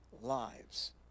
lives